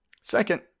Second